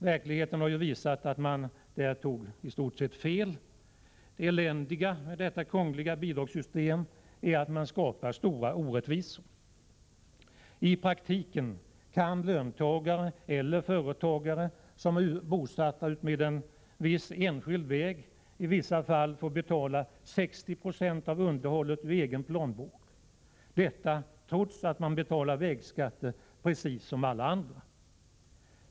Verkligheten har visat att man där i stort sett tog fel. Det eländiga med detta krångliga bidragssystem är att man skapar stora orättvisor. I praktiken kan löntagare och företagare som är bosatta utmed en enskild väg i vissa fall få betala 60 90 av underhållet ur egen plånbok. Detta sker trots att man betalar vägskatter precis som alla andra.